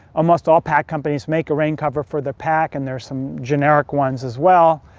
almost all pack companies make a rain cover for their pack, and there's some generic ones as well.